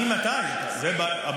ממתי זה בספר?